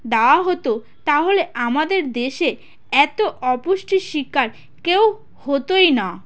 দেওয়া হতো তাহলে আমাদের দেশে এত অপুষ্টির শিকার কেউ হতোই না